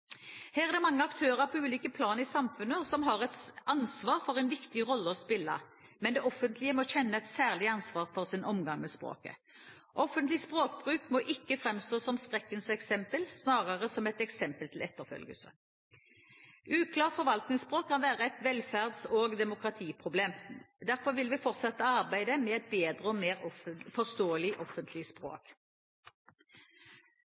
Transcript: Her er det mange aktører på ulike plan i samfunnet som har et ansvar og en viktig rolle å spille, men det offentlige må kjenne et særlig ansvar for sin omgang med språket. Offentlig språkbruk må ikke framstå som et skrekkens eksempel, snarere som et eksempel til etterfølgelse. Uklart forvaltningsspråk kan være et velferds- og demokratiproblem. Derfor vil vi fortsette arbeidet for et bedre og mer forståelig offentlig språk.